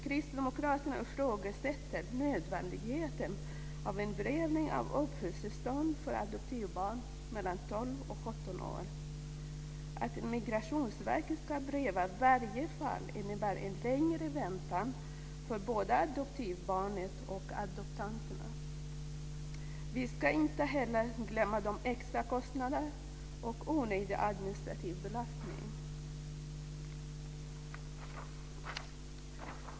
Kristdemokraterna ifrågasätter nödvändigheten av en prövning av uppehållstillstånd för adoptivbarn mellan 12 och 17 år. Att Migrationsverket ska pröva varje fall innebär en längre väntan för både adoptivbarnet och adoptanterna. Vi ska inte heller glömma de extra kostnaderna och den onödiga administrativa belastningen.